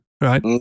right